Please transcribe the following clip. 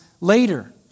later